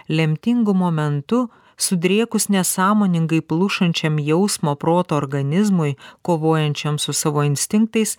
lemtingu momentu sudrėkus nesąmoningai plušančiam jausmo proto organizmui kovojančiam su savo instinktais